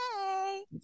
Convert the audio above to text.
Hey